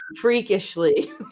Freakishly